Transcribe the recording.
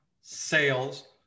sales